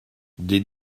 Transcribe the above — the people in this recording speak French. des